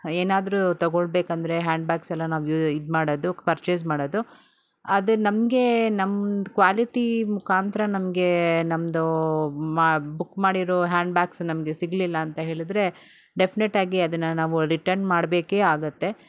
ಏನಾದ್ರೂ ತೊಗೊಳ್ಬೇಕೆಂದ್ರೆ hand bags ಎಲ್ಲ ನಾವು ಇದು ಮಾಡೋದು ಪರ್ಚೇಸ್ ಮಾಡೋದು ಆದ್ರೆ ನಮಗೆ ನಮ್ಮ ಕ್ವಾಲಿಟಿ ಮುಖಾಂತ್ರ ನಮಗೆ ನಮ್ಮದು ಮಾ ಬುಕ್ ಮಾಡಿರೋ ಹ್ಯಾಂಡ್ ಬ್ಯಾಗ್ಸ್ ನಮಗೆ ಸಿಗ್ಲಿಲ್ಲ ಅಂತ ಹೇಳಿದ್ರೆ ಡೆಫಿನೆಟ್ ಆಗಿ ಅದನ್ನು ನಾವು ರಿಟರ್ನ್ ಮಾಡ್ಬೇಕೇ ಆಗುತ್ತೆ